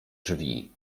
drzwi